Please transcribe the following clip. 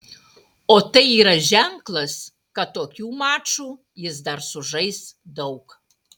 o tai yra ženklas kad tokių mačų jis dar sužais daug